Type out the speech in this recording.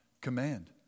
command